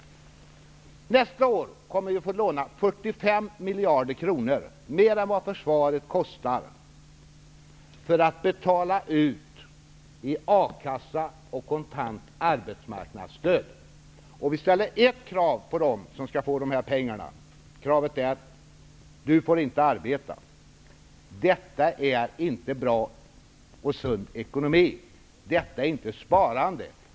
Nästa år kommer ni att få låna 45 miljarder kronor, mer än vad försvaret kostar, för att betala ut i akasseersättning och kontant arbetsmarknadsstöd. Man ställer ett krav på dem som skall få dessa pengar: De får inte arbeta. Detta är inte bra och sund ekonomi, detta är inte sparande.